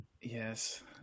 yes